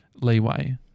leeway